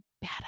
bad